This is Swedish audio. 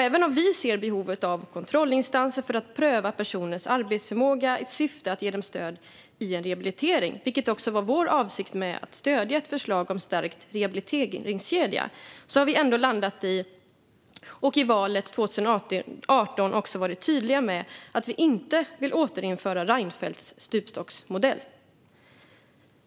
Även om vi ser behovet av kontrollinstanser för att pröva personers arbetsförmåga i syfte att ge dem stöd i en rehabilitering, vilket också var vår avsikt med att stödja ett förslag om stärkt rehabiliteringskedja, har vi ändå landat i - och inför valet 2018 varit tydliga med - att vi inte vill återinföra Reinfeldts stupstocksmodell.